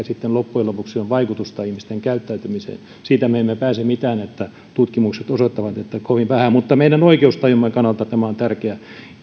sitten loppujen lopuksi on vaikutusta ihmisten käyttäytymiseen siitä me emme pääse mihinkään että tutkimukset osoittavat että kovin vähän mutta meidän oikeustajumme kannalta tämä on tärkeää